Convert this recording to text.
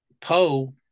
poe